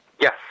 Yes